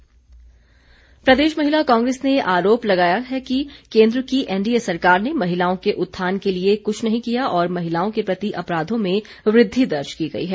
महिला कांग्रेस प्रदेश महिला कांग्रेस ने आरोप लगाया है कि केन्द्र की एनडीए सरकार ने महिलाओं के उत्थान के लिए कुछ भी नही किया और महिलाओं के प्रति अपराधों में वृद्वि दर्ज की गई है